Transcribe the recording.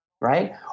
Right